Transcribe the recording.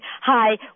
Hi